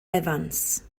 evans